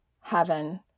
heaven